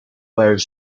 were